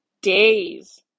days